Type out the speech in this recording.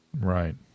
Right